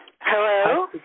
Hello